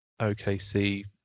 OKC